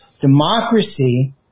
Democracy